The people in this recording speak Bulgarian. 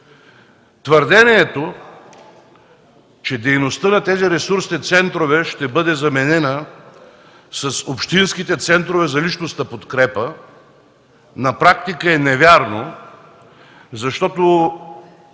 Твърдението, че дейността на тези ресурсни центрове ще бъде заменена с общинските центрове за личностна подкрепа, на практика е невярно, защото